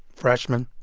freshmen,